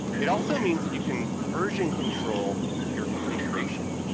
it also means that you can version control your configuration,